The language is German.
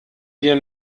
wir